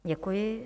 Děkuji.